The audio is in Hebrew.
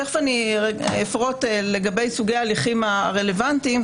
תכף אפרוט לגבי סוגי ההליכים הרלוונטיים,